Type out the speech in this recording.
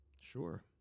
Sure